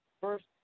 first